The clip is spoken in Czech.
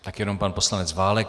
Tak jenom pan poslanec Válek.